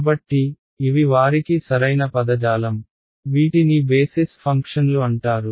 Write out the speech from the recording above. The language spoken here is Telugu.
కాబట్టి ఇవి వారికి సరైన పదజాలం వీటిని బేసిస్ ఫంక్షన్లు అంటారు